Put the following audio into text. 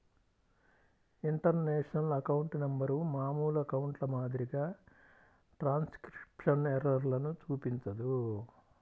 international account number మామూలు అకౌంట్ల మాదిరిగా ట్రాన్స్క్రిప్షన్ ఎర్రర్లను చూపించదు